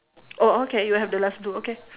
oh okay you have the last blue okay